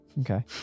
Okay